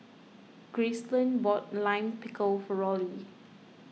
Gracelyn bought Lime Pickle for Rollie